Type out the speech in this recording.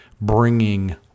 bringing